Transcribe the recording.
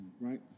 right